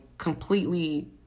completely